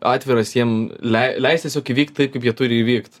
atviras jiem lei leist tiesiog įvykt kaip jie turi įvykt